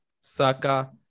Saka